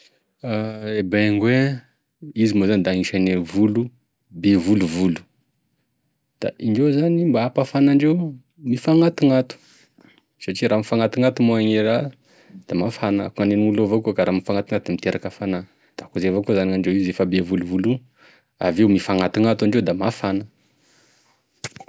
E pinguoin izy moa zany da agnisan'e volo be volovolo da indreo zany mba hampafana andreo da mifagnatognato, satria raha mifagnatognato moa gne raha da mafagna da akoa gnanin'olo io evakoa ka raha mifagnatognato da miteraka hafagnana, da koa izay avao koa zany gn'andreo io izy efa be volovolo avy eo mifagnatognato indreo da mafana.